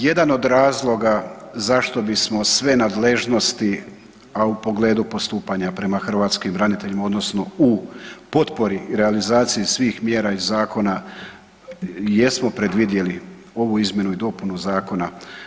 Jedan od razloga zašto bismo sve nadležnosti, a u pogledu postupanja prema hrvatskim braniteljima odnosno u potpori i realizaciji svih mjera iz zakona jesmo predvidjeli ovu izmjenu i dopunu zakona.